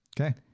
Okay